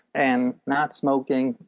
and not smoking,